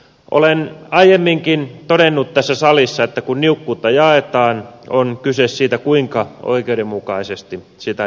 olen aiemminkin todennut tässä salissa että kun niukkuutta jaetaan on kyse siitä kuinka oikeudenmukaisesti sitä jaetaan